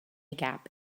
gap